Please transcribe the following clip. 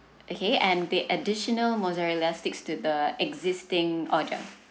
okay and the additional mozzarella sticks to the existing order